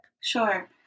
Sure